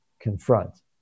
confront